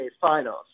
finals